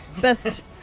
Best